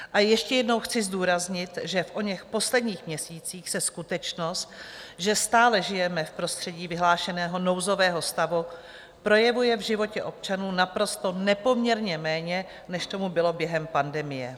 A ještě jednou chci zdůraznit, že v oněch posledních měsících se skutečnost, že stále žijeme v prostředí vyhlášeného nouzového stavu, projevuje v životě občanů naprosto nepoměrně méně, než tomu bylo v době pandemie.